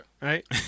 Right